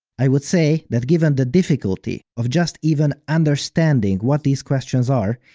i would say that given the difficulty of just even understanding what these questions are,